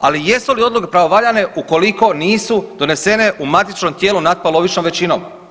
ali jesu li odluke pravovaljane ukoliko nisu donesene u matičnom tijelu natpolovičnom većinom?